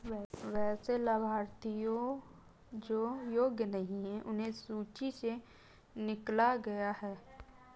वैसे लाभार्थियों जो योग्य नहीं हैं उन्हें सूची से निकला गया है